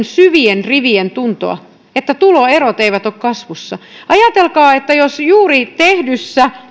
syvien rivien tuntoa että tuloerot eivät ole kasvussa ajatelkaa että jos juuri tehdyssä